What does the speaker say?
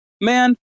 man